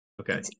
Okay